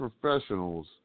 professionals